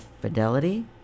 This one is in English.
Fidelity